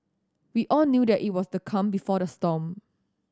we all knew that it was the calm before the storm